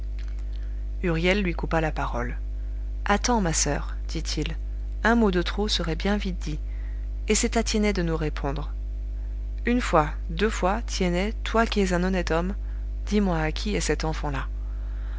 huriel lui coupa la parole attends ma soeur dit-il un mot de trop serait bien vite dit et c'est à tiennet de nous répondre une fois deux fois tiennet toi qui es un honnête homme dis-moi à qui est cet enfant-là